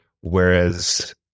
whereas